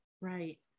Right